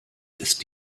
ist